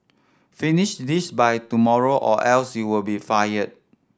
finish this by tomorrow or else you will be fired